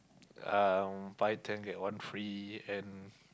um buy ten get one free and